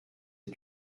est